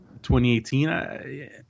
2018